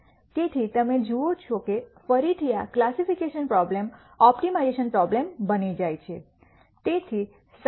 તેથી તમે જુઓ છો કે ફરીથી આ કલાસસીફીકેશન પ્રોબ્લેમ ઓપ્ટિમાઇઝેશન પ્રોબ્લેમ બની જાય છે